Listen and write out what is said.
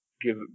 Give